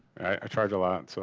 i charge a lot. so